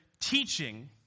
teaching